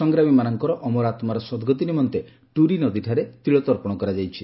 ସଂଗ୍ରାମୀମାନଙ୍କର ଅମର ଆତ୍କାର ସଦ୍ଗତି ନିମନ୍ତେ ଟୁରି ନଦୀଠାରେ ତିଳତର୍ପଣ କରାଯାଇଛି